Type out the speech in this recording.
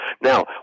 Now